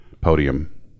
podium